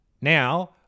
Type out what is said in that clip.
Now